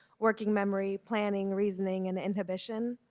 working memory, planning, reasoning and inhibition.